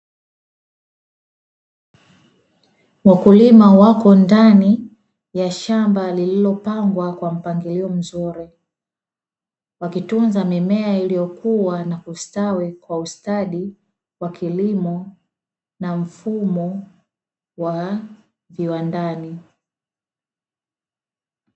Wakulima wako ndani ya shamba lilipangwa kwa mpangilio mzuri, wakitunza mimea iliyokuwa na kustawi kwa ustadi kwa kilimo na mfumo wa viwandani.